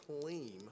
claim